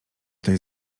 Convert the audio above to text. tej